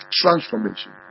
transformation